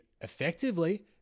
effectively